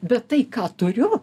bet tai ką turiu